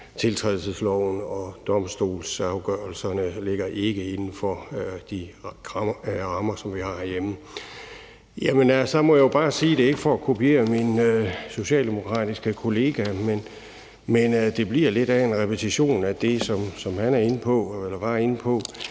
tiltrædelsesloven, og at domstolsafgørelserne ligger ikke inden for de rammer, som vi har herhjemme. Der må jeg bare sige, og det er ikke for at kopiere min socialdemokratiske kollega, men det bliver lidt en repetition af det, som han var inde på, at de her